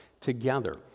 together